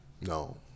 No